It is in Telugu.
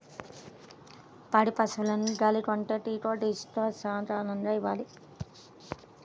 పాడి పశువులకు గాలికొంటా టీకా డోస్ ని సకాలంలో ఇవ్వాలి